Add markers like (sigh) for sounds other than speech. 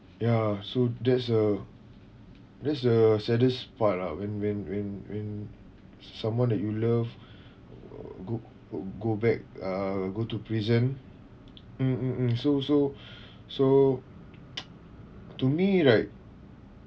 ya so that's a that's the saddest part lah when when when when someone that you love g~ go go back uh go to prison mm mm so so (breath) so to me right